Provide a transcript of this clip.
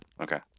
Okay